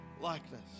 Likeness